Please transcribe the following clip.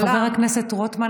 חבר הכנסת רוטמן,